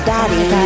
Daddy